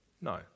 No